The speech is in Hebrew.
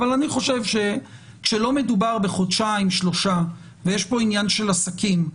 אבל אני חושב שכשלא מדובר בחודשיים-שלושה ויש פה עניין של עסקים,